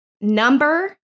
number